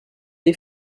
les